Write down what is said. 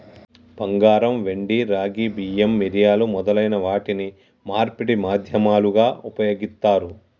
బంగారం, వెండి, రాగి, బియ్యం, మిరియాలు మొదలైన వాటిని మార్పిడి మాధ్యమాలుగా ఉపయోగిత్తారు